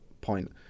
point